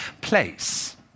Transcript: place